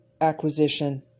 acquisition